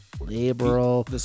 liberal